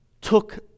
took